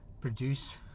produce